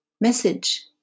message